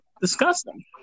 disgusting